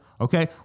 Okay